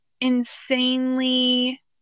insanely